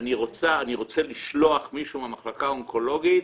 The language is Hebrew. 'אני רוצה לשלוח מישהו מהמחלקה האונקולוגית',